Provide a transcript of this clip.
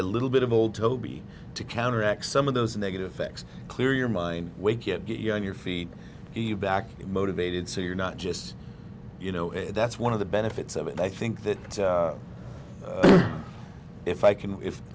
a little bit of old toby to counteract some of those negative effects clear your mind will get you on your feet back motivated so you're not just you know if that's one of the benefits of it i think that if i can if